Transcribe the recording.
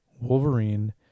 Wolverine